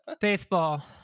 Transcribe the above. baseball